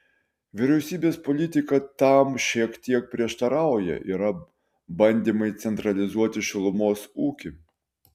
vyriausybės politika tam šiek tiek prieštarauja yra bandymai centralizuoti šilumos ūkį